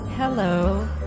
Hello